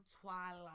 Twilight